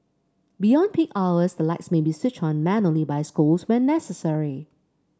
beyond peak hours the lights may be switched on manually by schools when necessary